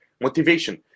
Motivation